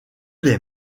les